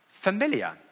familiar